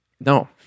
No